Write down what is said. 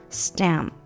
stem